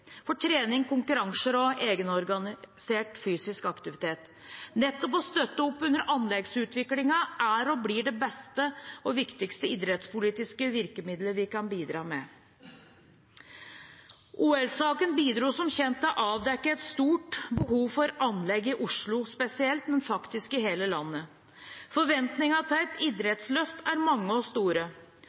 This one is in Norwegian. for trening, konkurranser og egenorganisert fysisk aktivitet. Nettopp å støtte opp under anleggsutviklingen er og blir det beste og viktigste idrettspolitiske virkemidlet vi kan bidra med. OL-saken bidro som kjent til å avdekke et stort behov for anlegg i Oslo spesielt, men faktisk også i hele landet. Forventningene til et idrettsløft er mange og store.